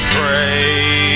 pray